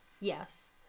Yes